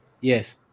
Yes